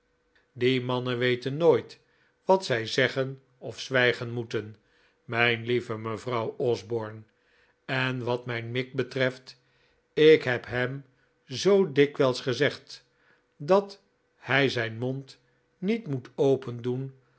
die mannen weten nooit wat zij zeggen of zwijgen moeten mijn lieve mevrouw osborne en wat mijn mick betreft ik heb hem zoo dikwijls gezegd dat hij zijn mond niet moet open